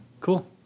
Cool